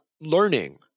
learning